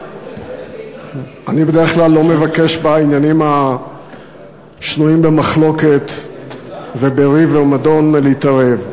אני בדרך כלל לא מבקש בעניינים השנויים במחלוקת ובריב ומדון להתערב.